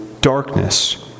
darkness